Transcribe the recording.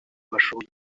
bashoboye